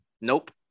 nope